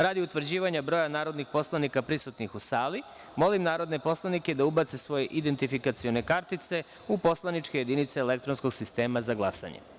Radi utvrđivanja broja narodnih poslanika prisutnih u sali, molim da ubacite svoje identifikacione kartice u poslaničke jedinice elektronskog sistema za glasanje.